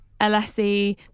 LSE